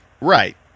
Right